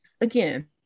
again